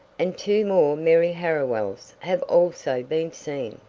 and two more mary harriwells have also been seen.